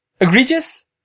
egregious